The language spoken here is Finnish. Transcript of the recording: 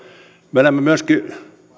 me elämme myöskin